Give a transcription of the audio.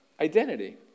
identity